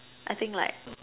I think like